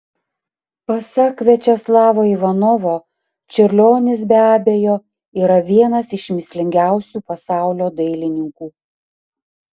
pasak viačeslavo ivanovo čiurlionis be abejo yra vienas iš mįslingiausių pasaulio dailininkų